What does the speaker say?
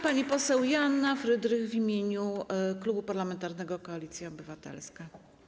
Pani poseł Joanna Frydrych w imieniu Klubu Parlamentarnego Koalicja Obywatelska.